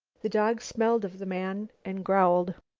the dog smelled of the man and growled.